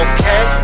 Okay